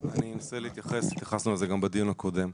אני אנסה להתייחס, התייחסנו לזה גם בדיון הקודם.